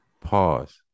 Pause